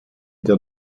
der